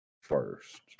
first